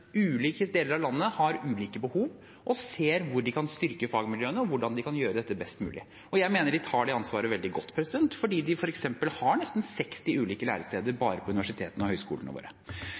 landet har ulike behov og ser hvor de kan styrke fagmiljøene, og hvordan de kan gjøre dette best mulig. Jeg mener de tar det ansvaret veldig godt, for vi har f.eks. nesten 60 ulike læresteder bare innenfor universitetene og høyskolene våre.